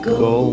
go